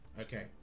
Okay